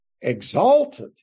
exalted